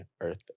earth